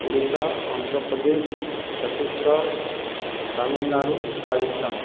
Odisha Andhra Pradesh Chhattisgarh Tamil Nadu Rajasthan